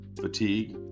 fatigue